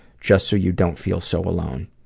just so you don't feel so alone.